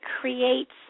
creates